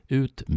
ut